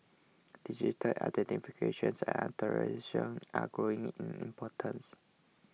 digital identification and authentication are growing in importance